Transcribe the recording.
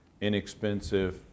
inexpensive